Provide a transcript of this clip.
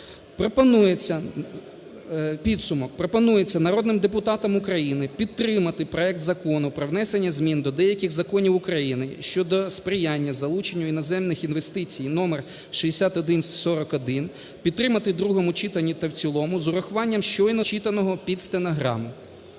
Пропонується народним депутатам України підтримати проект Закону про внесення змін до деяких законів України щодо сприяння залученню іноземних інвестицій (№ 6141), підтримати в другому читанні та в цілому з урахуванням щойно зачитаного під стенограму.